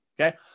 Okay